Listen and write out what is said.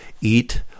eat